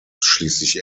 schließlich